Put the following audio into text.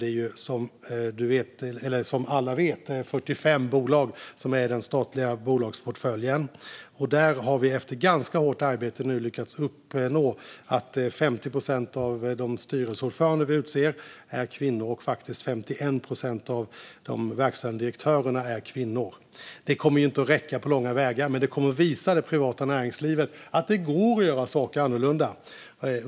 Det är ju som alla vet 45 bolag i den statliga bolagsportföljen. Där har vi efter ganska hårt arbete nu lyckats uppnå att 50 procent av de styrelseordförande vi utser är kvinnor och faktiskt 51 procent av de verkställande direktörerna. Det kommer inte att räcka på långa vägar, men det kommer att visa det privata näringslivet att det går att göra saker annorlunda.